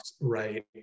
right